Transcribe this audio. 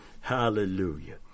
Hallelujah